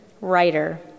writer